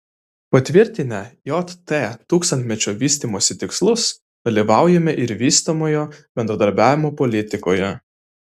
patvirtinę jt tūkstantmečio vystymosi tikslus dalyvaujame ir vystomojo bendradarbiavimo politikoje